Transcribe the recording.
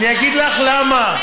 אני אגיד לך למה.